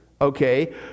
okay